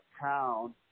town